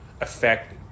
affect